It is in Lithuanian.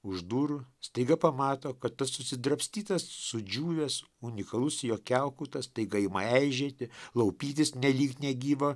už durų staiga pamato kad tas užsidrabstytas sudžiūvęs unikalus jo kiaukutas staiga ima aižėti laupytis nelyg negyva